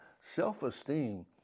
self-esteem